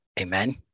Amen